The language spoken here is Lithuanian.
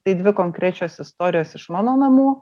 tai dvi konkrečios istorijos iš mano namų